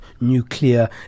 nuclear